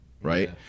Right